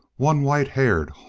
one white-haired,